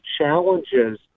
challenges